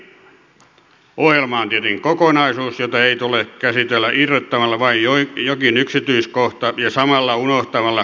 ohjelma on tietenkin kokonaisuus jota ei tule käsitellä irrottamalla vain jokin yksityiskohta ja samalla unohtamalla kompensoiva vaikutus